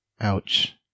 Ouch